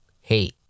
hey